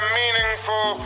meaningful